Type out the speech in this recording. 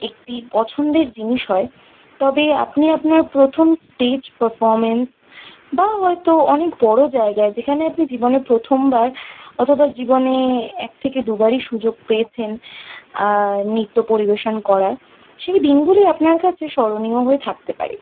একটি পছন্দের জিনিস হয় তবে আপনি আপনার প্রথম স্টেজ পারফর্মেন্স বা হয়তো অনেক বড় জায়গায় যেখানে আপনি জীবনে প্রথমবার অথবা জীবনে এক থেকে দুবারই সুযোগ পেয়েছেন নৃত্য পরিবেশন করার সেই দিনগুলি আপনার কাছে স্মরণীয় হয়ে থাকতে পারে